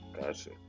gotcha